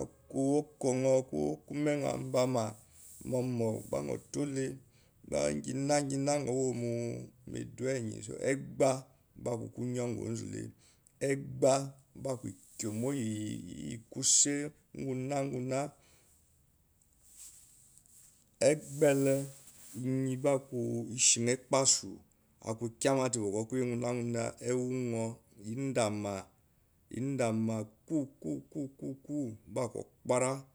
aku okonyo aku oko menyo ambama nyo tole nginana eegbah gba aku kyon nyo onzule egbah gba akuguomo iyi gba ishi ekpasu akukyamate boko ewunyo indama quok quok gba aku okpára